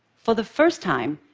for the first time,